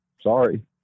sorry